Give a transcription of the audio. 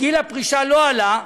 גיל הפרישה לא עלה,